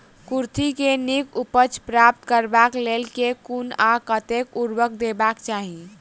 कुर्थी केँ नीक उपज प्राप्त करबाक लेल केँ कुन आ कतेक उर्वरक देबाक चाहि?